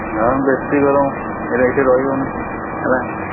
ଆଉ ବେଶୀ ଗରମ ଏଇଠି ରହି ହଉନି ହେଲା